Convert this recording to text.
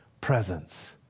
presence